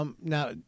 now